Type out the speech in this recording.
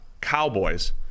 Cowboys